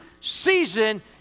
season